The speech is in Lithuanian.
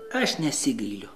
aš nesigailiu